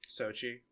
sochi